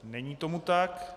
Není tomu tak.